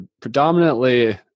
predominantly